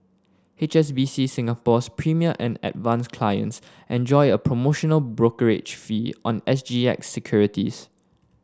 H S B C Singapore's Premier and Advance clients enjoy a promotional brokerage fee on S G X securities